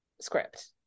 script